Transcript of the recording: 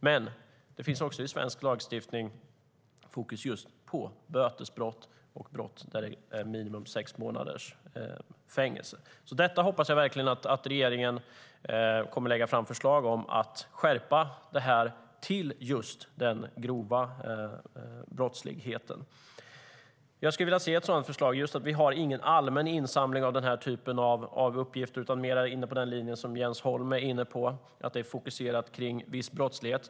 Men det finns i svensk lagstiftning också fokus just på bötesbrott och brott som ger minimum sex månaders fängelsestraff. STYLEREF Kantrubrik \* MERGEFORMAT Svar på interpellationerJag skulle vilja se ett sådant förslag, just att vi inte har någon allmän insamling av den här typen av uppgifter utan mer är inne på den linje som Jens Holm är inne på, nämligen att det är fokuserat på viss brottslighet.